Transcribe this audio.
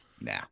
Nah